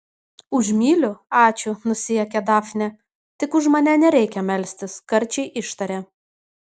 už myliu ačiū nusijuokė dafnė tik už mane nereikia melstis karčiai ištarė